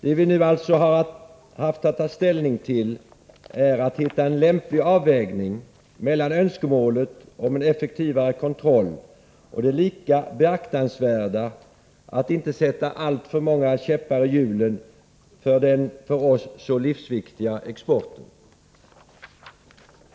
Det vi nu alltså har haft att ta ställning till är frågan om en lämplig avvägning mellan önskemålet om en effektivare kontroll och det lika beaktansvärda önskemålet att inte sätta alltför många käppar i hjulen för den för oss så livsviktiga exporten.